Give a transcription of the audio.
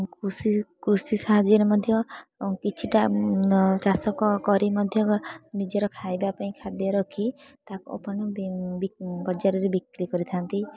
କୃଷି କୃଷି ସାହାଯ୍ୟରେ ମଧ୍ୟ କିଛିଟା ଚାଷ କ କରି ମଧ୍ୟ ନିଜର ଖାଇବା ପାଇଁ ଖାଦ୍ୟ ରଖି ତା ଆପଣ ବଜାରରେ ବିକ୍ରି କରିଥାନ୍ତି